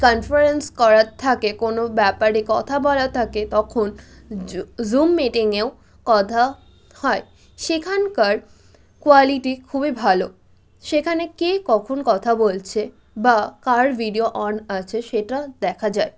conference করার থাকে কোনো ব্যাপারে কথা বলার থাকে তখন জুম মিটিংয়েও কথা হয় সেখানকার কোয়ালিটি খুবই ভালো সেখানে কে কখন কথা বলছে বা কার ভিডিও অন আছে সেটা দেখা যায়